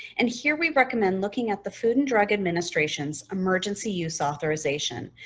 and here we recommend looking at the food and drug administration's emergency use authorization,